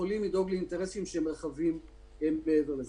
שיכולים לדאוג לאינטרסים שהם רחבים מעבר לזה?